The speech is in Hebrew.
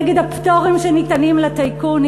נגד הפטורים שניתנים לטייקונים.